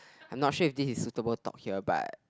I'm not sure this is suitable talk here but